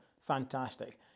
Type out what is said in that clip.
fantastic